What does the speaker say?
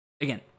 again